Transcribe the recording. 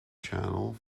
channel